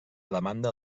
demanda